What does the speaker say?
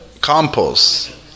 Compost